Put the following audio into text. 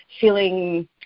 feeling